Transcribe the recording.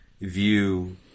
view